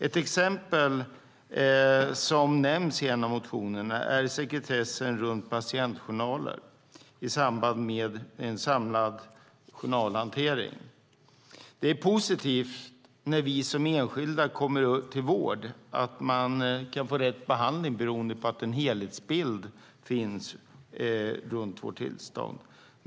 Ett exempel som nämns i en av motionerna är sekretessen runt patientjournaler i samband med en samlad journalhantering. Det är positivt när vi som enskilda kommer till vården att man kan få rätt behandling beroende på att en helhetsbild finns runt vårt tillstånd.